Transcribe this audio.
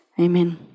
Amen